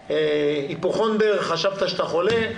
אתה היפוכונדר, חשבת שאתה חולה.